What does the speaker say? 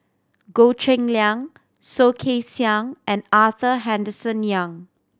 Goh Cheng Liang Soh Kay Siang and Arthur Henderson Young